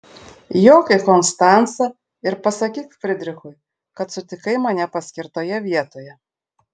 jok į konstancą ir pasakyk fridrichui kad sutikai mane paskirtoje vietoje